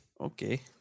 Okay